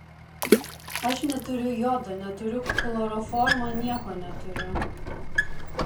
aš neturiu jodo neturiu chloroformo nieko neturiu